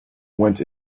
went